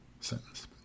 sentence